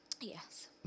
Yes